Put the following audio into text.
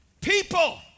People